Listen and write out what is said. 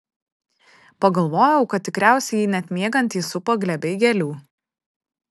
pagalvojau kad tikriausiai jį net miegantį supa glėbiai gėlių